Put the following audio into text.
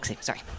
sorry